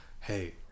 hey